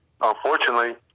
unfortunately